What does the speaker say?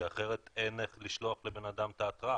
כי אחרת אין איך לשלוח לבן אדם את ההתראה.